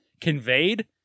conveyed